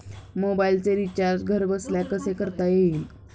मोबाइलचे रिचार्ज घरबसल्या कसे करता येईल?